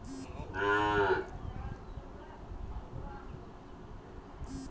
साधारण सा शेयर किनले ती कंपनीर मीटिंगसोत हिस्सा लुआ सकोही